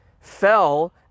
fell